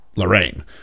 Lorraine